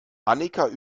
annika